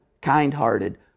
kind-hearted